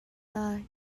lai